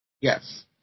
Yes